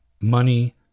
money